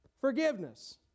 forgiveness